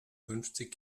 fünfzig